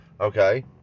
Okay